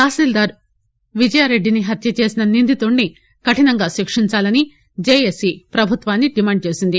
తాసీల్దారు విజయారెడ్డి ని హత్య చేసిన నిందితున్ని కఠినంగా శిక్షించాలని జేఏసి ప్రభుత్వాన్ని డిమాండు చేసింది